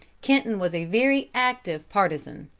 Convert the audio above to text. kenton was a very active partisan.